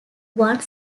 one